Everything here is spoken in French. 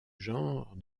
genre